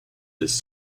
his